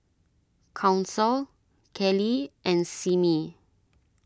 Council Keli and Simmie